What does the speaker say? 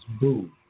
boo